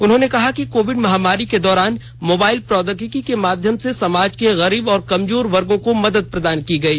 उन्होंने कहा कि कोविड महामारी के दौरान मोबाइल प्रौद्योगिकी के माध्यम से समाज के गरीब और कमजोर वर्गों को मदद प्रदान की गई